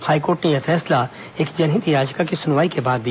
high court ने यह फैसला एक जनहित याचिका की सुनवाई के बाद दिया